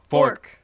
Fork